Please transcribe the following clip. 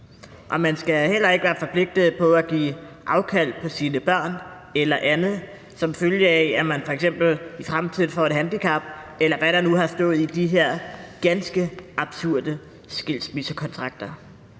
og man skal heller ikke være forpligtet på at give afkald på sine børn eller andet, som følge af at man f.eks. i fremtiden får et handicap, eller hvad der nu har stået i de her ganske absurde skilsmissekontrakter.